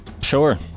Sure